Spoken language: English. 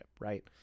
right